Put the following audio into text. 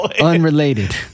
Unrelated